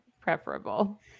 preferable